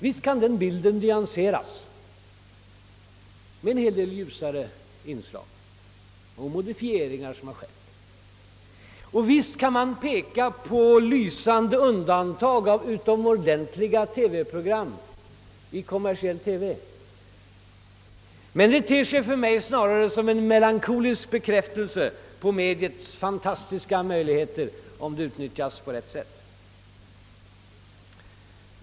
Visst kan den bilden nyanseras med en hel del ljusare inslag och modifieringar som skett, och visst kan man peka på lysande undantag av utomordentliga TV-program i kommersiell TV. Men det ter sig för mig snarare som en melankolisk bekräftelse på mediets fantastiska möjligheter, om det utnyttjas på rätt sätt.